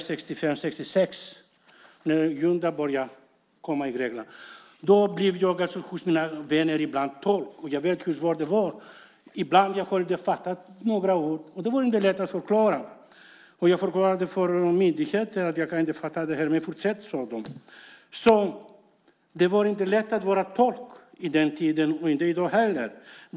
Det var 1965-1966, när juntan började komma i Grekland. Då blev jag ibland tolk hos mina vänner, och jag vet hur svårt det var. Ibland kunde jag inte fatta några ord, och då var det inte lätt att förklara. Jag förklarade för myndigheter att jag inte kunde fatta det här. "Fortsätt", sade de. Det var inte lätt att vara tolk på den tiden - och inte i dag heller.